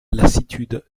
lassitude